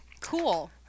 Cool